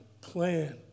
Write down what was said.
plan